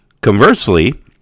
Conversely